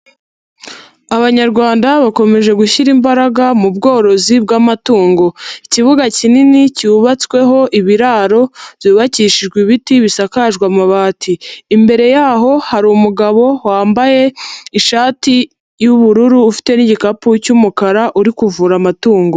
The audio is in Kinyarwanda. Abanyarwanda bakomeje gushyira imbaraga mu bworozi bw'amatungo. Ikibuga kinini cyubatsweho ibiraro, byubakishijwe ibiti bisakajwe amabati. Imbere yaho hari umugabo wambaye ishati y'ubururu ufite n'igikapu cy'umukara uri kuvura amatungo.